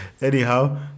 Anyhow